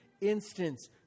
instance